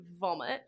vomit